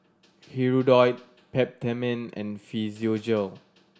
Hirudoid Peptamen and Physiogel